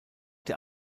der